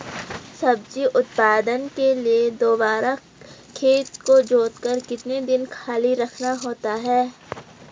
सब्जी उत्पादन के बाद दोबारा खेत को जोतकर कितने दिन खाली रखना होता है?